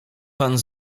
pan